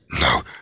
No